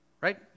right